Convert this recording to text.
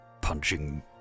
punching